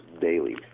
daily